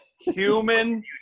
Human